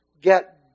get